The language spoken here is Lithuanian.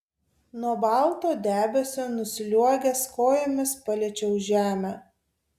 nuo balto debesio nusliuogęs kojomis paliečiau žemę